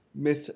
myth